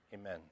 Amen